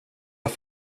att